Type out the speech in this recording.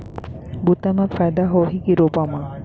बुता म फायदा होही की रोपा म?